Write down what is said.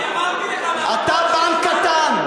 אני אמרתי לך, אתה בנק קטן.